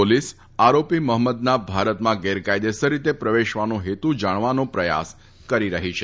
police આરોપી મહંમદના ભારતમાં ગેરકાયદેસર રીતે પ્રવેશવાનો હેતુ જાણવાનો પ્રયાસ કરી રફી છે